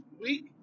week